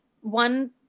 one